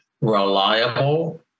reliable